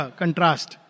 contrast